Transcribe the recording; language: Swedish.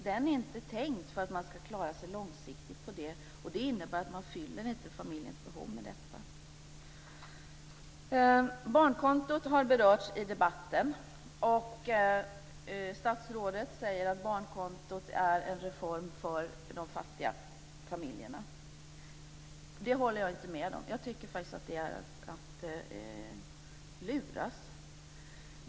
Den är inte tänkt för att man ska klara sig långsiktigt. Det innebär att man inte fyller familjens behov med detta. Barnkontot har berörts i debatten, och statsrådet säger att barnkontot är en reform för de fattiga familjerna. Det håller jag inte med om. Jag tycker faktiskt att det är att luras.